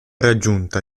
raggiunta